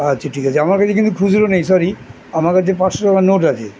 আচ্ছা ঠিক আছে আমার কাছে কিন্তু খুচরো নেই সরি আমার কাছে পাঁচশো টাকার নোট আছে